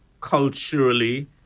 culturally